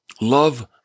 love